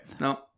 No